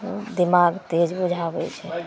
दिमाग तेज बुझाबै छै